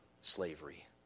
slavery